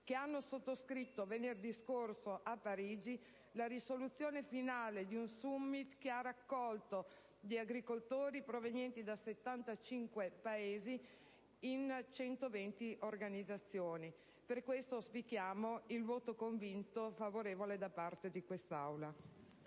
che hanno sottoscritto venerdì scorso, a Parigi la risoluzione finale di un *summit* che ha raccolto gli agricoltori provenienti da 75 Paesi in 120 organizzazioni. Per questo, auspichiamo il voto convinto favorevole di quest'Aula.